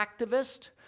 activist